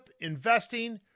investing